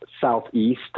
southeast